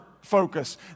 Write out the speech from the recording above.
focus